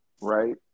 right